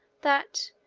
that,